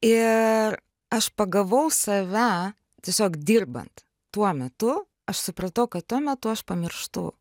ir aš pagavau save tiesiog dirbant tuo metu aš supratau kad tuo metu aš pamirštu